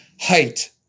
height